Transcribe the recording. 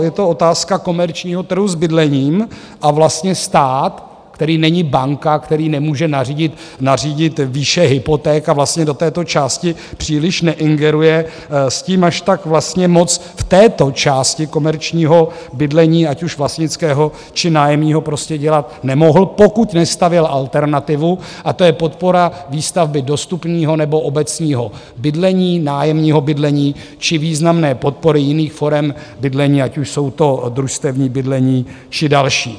Je to otázka komerčního trhu s bydlením a vlastně stát, který není banka, který nemůže nařídit výše hypoték a vlastně do této části příliš neingeruje, s tím až tak vlastně moc v této části komerčního bydlení, ať už vlastnického či nájemního, prostě dělat nemohl, pokud nestavěl alternativu, a to je podpora výstavby dostupného nebo obecního bydlení, nájemního bydlení či významné podpory jiných forem bydlení, ať už je to družstevní bydlení či další.